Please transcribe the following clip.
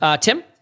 Tim